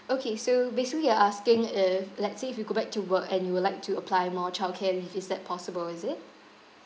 okay so basically you're asking if let's say if you go back to work and you would like to apply more childcare leave is that possible is it